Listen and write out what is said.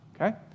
Okay